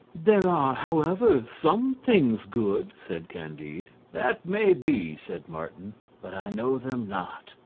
there are, however, some things good, said candide. that may be, said martin but i know them not.